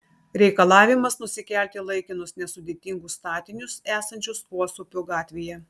reikalavimas nusikelti laikinus nesudėtingus statinius esančius uosupio gatvėje